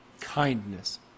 kindness